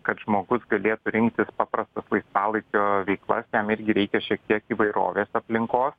kad žmogus galėtų rinktis paprastas laisvalaikio veiklas jam irgi reikia šiek tiek įvairovės aplinkos